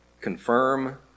confirm